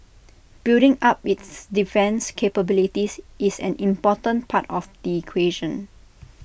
building up its defence capabilities is an important part of the equation